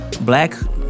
Black